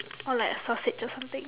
or like a sausage or something